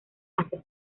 hacia